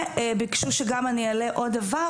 וביקשו שגם אני אעלה עוד דבר,